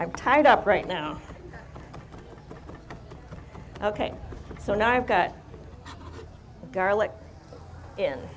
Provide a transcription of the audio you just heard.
i'm tied up right now ok so now i've got garlic in